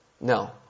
No